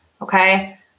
Okay